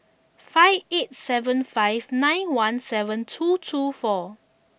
five eight seven five nine one seven two two four